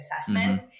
assessment